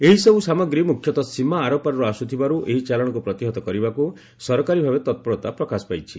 ଏହି ସବୁ ସାମଗ୍ରୀ ମୁଖ୍ୟତଃ ସୀମା ଆରପାରିରୁ ଆସୁଥିବାରୁ ଏହି ଚାଲାଣକୁ ପ୍ରତିହତ କରିବାକୁ ସରକାରୀ ଭାବେ ତତ୍ପରତା ପ୍ରକାଶ ପାଇଛି